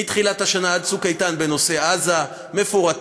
מתחילת השנה עד "צוק איתן" בנושא עזה מפורטים.